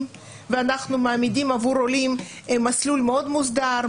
ואנחנו מעמידים עבור עולים מסלול מאוד מוסדר,